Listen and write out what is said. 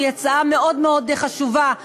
שהיא הצעה מאוד חשובה לעיריות,